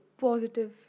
positive